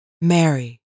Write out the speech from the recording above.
Mary